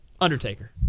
Undertaker